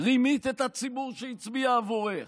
רימית את הציבור שהצביע עבורך.